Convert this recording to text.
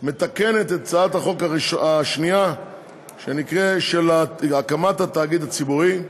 מתקנת את הצעת החוק השנייה של הקמת התאגיד הציבורי,